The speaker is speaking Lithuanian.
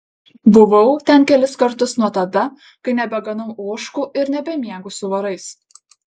buvau ten kelis kartus nuo tada kai nebeganau ožkų ir nebemiegu su vorais